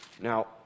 Now